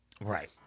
right